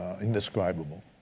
indescribable